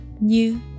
New